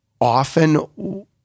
often